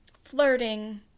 flirting